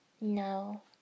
No